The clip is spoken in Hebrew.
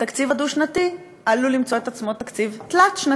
התקציב הדו-שנתי עלול למצוא את עצמו תקציב תלת-שנתי.